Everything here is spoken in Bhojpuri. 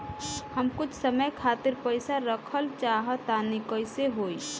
हम कुछ समय खातिर पईसा रखल चाह तानि कइसे होई?